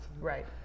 Right